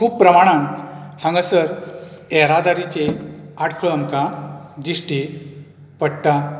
खूब प्रमाणान हांगासर येरादारीचे आटको आमकां दिश्टी पडटा